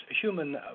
human